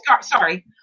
Sorry